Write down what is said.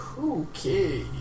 Okay